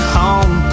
home